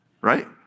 Right